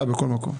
כללי.